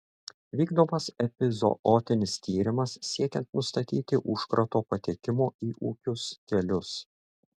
vykdomas epizootinis tyrimas siekiant nustatyti užkrato patekimo į ūkius kelius